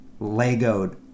legoed